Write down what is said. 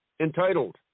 entitled